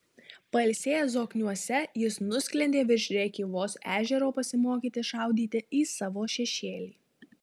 pailsėjęs zokniuose jis nusklendė virš rėkyvos ežero pasimokyti šaudyti į savo šešėlį